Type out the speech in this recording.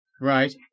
Right